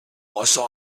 ressort